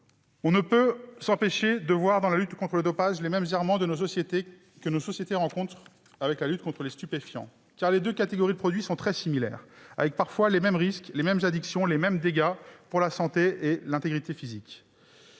On ne peut s'empêcher de voir dans la lutte contre le dopage les mêmes errements que ceux de nos sociétés dans le cadre de la lutte contre les stupéfiants. Car les deux catégories de produits sont similaires, avec parfois les mêmes risques, les mêmes addictions et les mêmes dégâts pour la santé et l'intégrité physique.